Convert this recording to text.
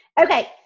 Okay